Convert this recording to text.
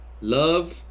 Love